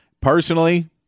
Personally